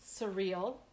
surreal